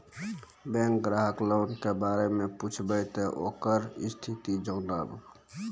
Bank ग्राहक loan के बारे मैं पुछेब ते ओकर स्थिति जॉनब?